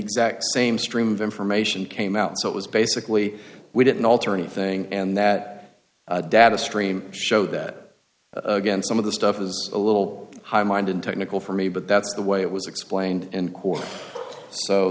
exact same stream of information came out so it was basically we didn't alter anything and that data stream showed that again some of the stuff was a little high minded technical for me but that's the way it was explained in court so